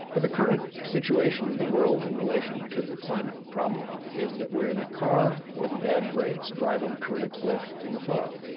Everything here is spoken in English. but the current situation of the world in relation to the climate problem is that we're in a car with bad brakes driving toward a cliff in the fog,